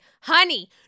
Honey